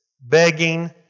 begging